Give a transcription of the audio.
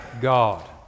God